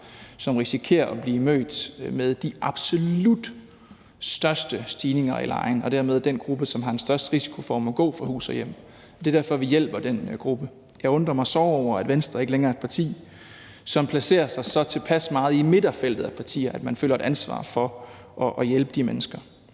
som risikerer at blive mødt med de absolut største stigninger i lejen, og dermed den gruppe, som har den største risiko for at måtte gå fra hus og hjem, og det er derfor, vi hjælper den gruppe. Jeg undrer mig såre over, at Venstre ikke længere er et parti, som placerer sig så tilpas meget i midterfeltet af partier, at man føler et ansvar for at hjælpe de mennesker.